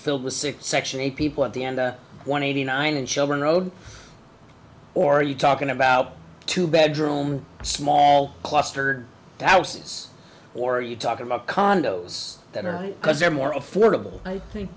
filled with six section eight people at the end one eighty nine and shelburne road or are you talking about two bedroom small clustered douses or are you talking about condos that are right because they're more affordable i think